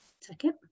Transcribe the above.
Second